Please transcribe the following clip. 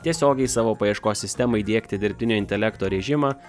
tiesiogiai į savo paieškos sistemą įdiegti dirbtinio intelekto režimą